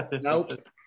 Nope